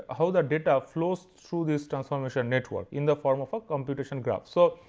ah how the data flows through this transformation network in the form of a computation graph. so,